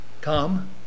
Come